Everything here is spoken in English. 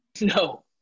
No